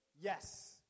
Yes